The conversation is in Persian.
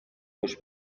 خوش